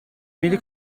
میری